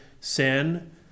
sin